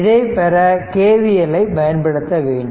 இதைப் பெற K V L யை பயன்படுத்த வேண்டும்